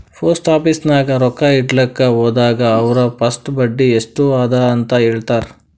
post office ನಾಗ್ ರೊಕ್ಕಾ ಇಡ್ಲಕ್ ಹೋದಾಗ ಅವ್ರ ಫಸ್ಟ್ ಬಡ್ಡಿ ಎಸ್ಟ್ ಅದ ಅಂತ ಹೇಳ್ತಾರ್